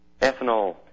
ethanol